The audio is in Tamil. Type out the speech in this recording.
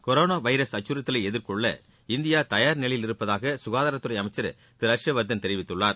கொரானா வைரஸ் அச்சுறுத்தலை எதிர்கொள்ள இந்தியா தயார் நிலையில் இருப்பதாக சுகாதாரத்துறை அமைச்சர் திரு ஹர்ஷ் வர்தன் தெரிவித்துள்ளார்